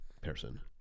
person